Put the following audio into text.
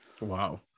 Wow